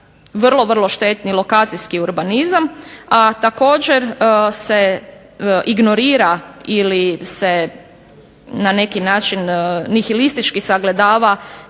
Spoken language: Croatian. vrlo, vrlo štetni lokacijski urbanizam, a također se ignorira ili se na neki način nihilistički sagledava